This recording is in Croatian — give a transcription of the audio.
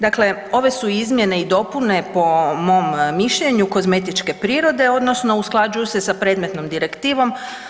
Dakle, ove su izmjene i dopune po mom mišljenju kozmetičke prirode odnosno usklađuju se sa predmetnom direktivom.